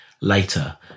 Later